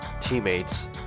teammates